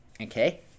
Okay